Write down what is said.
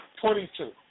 Twenty-two